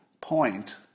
point